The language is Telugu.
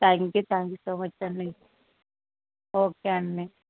thank you thank you so much అండి ఓకే అండి